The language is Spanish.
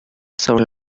sobre